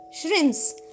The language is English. shrimps